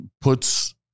puts